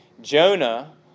Jonah